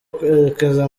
kwerekeza